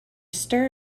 stir